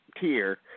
tier